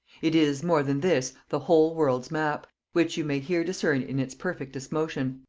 it is, more than this, the whole world's map, which you may here discern in its perfectest motion,